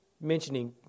mentioning